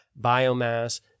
biomass